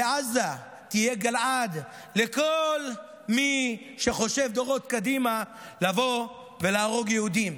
ועזה תהיה גלעד לכל מי שחושב דורות קדימה לבוא ולהרוג יהודים.